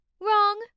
Wrong